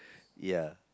ya